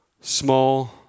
small